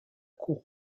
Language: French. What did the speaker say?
cour